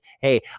Hey